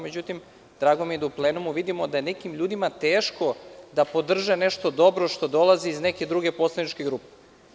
Međutim, drago mi je da u plenumu vidimo da je nekim ljudima teško da podrže nešto dobro a što dolazi iz neke druge poslaničke grupe.